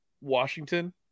Washington